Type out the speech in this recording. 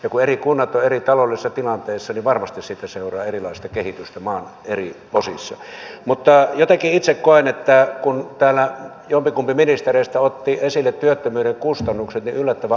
joku eri kunnat ja eri taloudessa tilanteessa varmasti sitä seuraa suomen koulutus ei ole ajautunut nykyisiin vaikeuksiin viimeisen puolen vuoden aikana ja tämänhetkisestä oppositiosta olisi voitu vaikuttaa tilanteen kehittymiseen